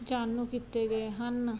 ਜਾਣੂ ਕੀਤੇ ਗਏ ਹਨ